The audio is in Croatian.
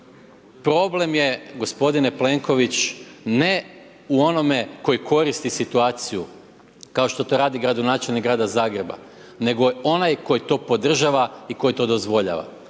Problem je gospodine Plenković ne u onome koji koristi situaciju, kao što to radi gradonačelnik grada Zagreba, nego onaj koji to podržava i koji to dozvoljava,